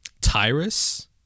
Tyrus